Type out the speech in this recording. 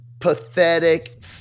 pathetic